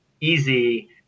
easy